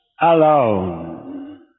alone